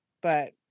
but-